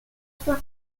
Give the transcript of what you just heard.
sua